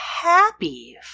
happy